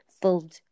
filled